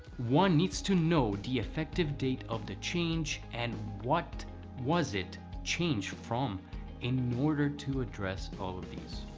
one needs to know the effective date of the change and what was it changed from in order to address all of these.